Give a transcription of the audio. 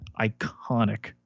iconic